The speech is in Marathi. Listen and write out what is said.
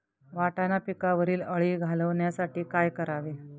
वाटाणा पिकावरील अळी घालवण्यासाठी काय करावे?